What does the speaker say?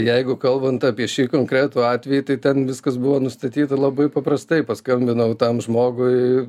jeigu kalbant apie šį konkretų atvejį tai ten viskas buvo nustatyta labai paprastai paskambinau tam žmogui